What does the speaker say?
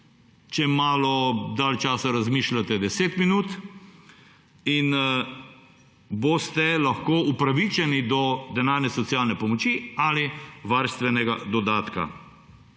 če malo dlje časa razmišljate 10 minut, in boste lahko upravičeni do denarne socialne pomoči ali varstvenega dodatka.